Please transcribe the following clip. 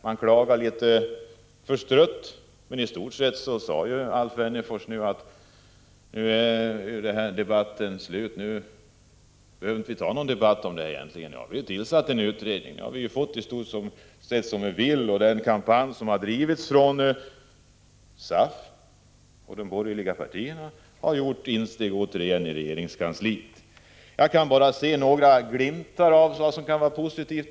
Man klagar litet förtrött, men Alf Wennerfors sade att vi nu inte behöver föra någon debatt om dessa frågor. Det har tillsatts en utredning, och vi har i stort sett fått det som vi vill, förklarade han. Den kampanj som har drivits av SAF och de borgerliga partierna har återigen haft framgång i regeringskansliet. Jag kan bara se några ljusglimtar i den nya utredningen.